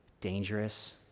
dangerous